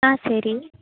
ஆ சரி